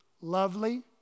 lovely